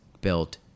built